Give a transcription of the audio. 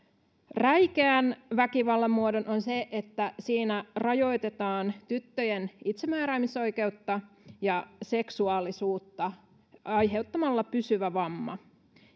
räikeän väkivallan muodon on se että siinä rajoitetaan tyttöjen itsemääräämisoikeutta ja seksuaalisuutta aiheuttamalla pysyvä vamma